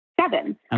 seven